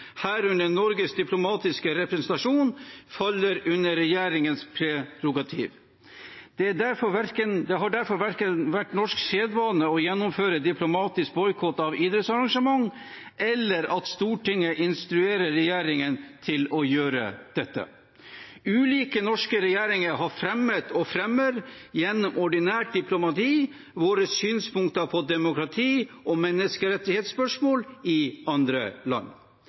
herunder Norges diplomatiske representasjon, er regjeringens prerogativ. Det har derfor ikke vært norsk sedvane verken å gjennomføre diplomatisk boikott av idrettsarrangement eller at Stortinget instruerer regjeringen om å gjøre dette. Ulike norske regjeringer har fremmet og fremmer gjennom ordinært diplomati våre synspunkter på demokrati og menneskerettighetsspørsmål i andre land.